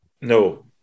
No